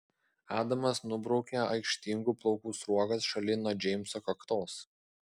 adamas nubraukia aikštingų plaukų sruogas šalin nuo džeimso kaktos